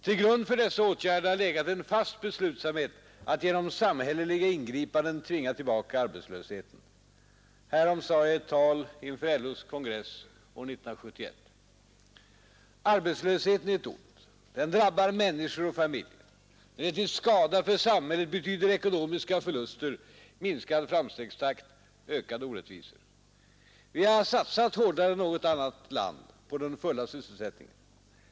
Till grund för dessa åtgärder har legat en fast beslutsamhet att genom samhälleliga ingripanden tvinga tillbaka arbetslösheten. Härom sade jag i ett tal inför LO:s kongress år 1971: ”Arbetslösheten är ett ont. Den drabbar människor och familjer. Den är till skada för samhället, betyder ekonomiska förluster, minskad framstegstakt, ökade orättvisor. Vi har satsat hårdare än något annat land på den fulla sysselsättningen.